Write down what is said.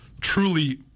truly